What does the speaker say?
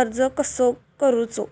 अर्ज कसो करूचो?